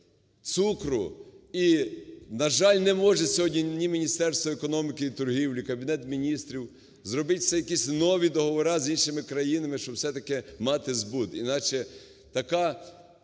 цукру, і, на жаль, не можуть сьогодні ні Міністерство економіки і торгівлі, Кабінет Міністрів зробити ще якісь нові договори з іншими країнами, щоб все-таки мати збут.